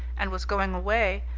and was going away,